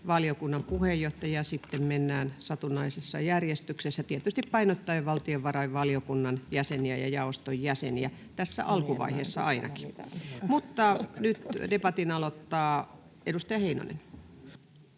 valiokunnan puheenjohtaja, sitten mennään satunnaisessa järjestyksessä tietysti painottaen valtiovarainvaliokunnan jäseniä ja jaoston jäseniä tässä alkuvaiheessa ainakin. Nyt debatin aloittaa edustaja Heinonen.